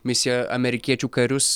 misija amerikiečių karius